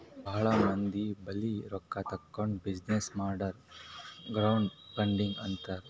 ಭಾಳ ಮಂದಿ ಬಲ್ಲಿ ರೊಕ್ಕಾ ತಗೊಂಡ್ ಬಿಸಿನ್ನೆಸ್ ಮಾಡುರ್ ಕ್ರೌಡ್ ಫಂಡಿಂಗ್ ಅಂತಾರ್